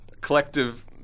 collective